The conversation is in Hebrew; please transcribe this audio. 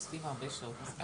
הם עושים הרבה שעות נוספות.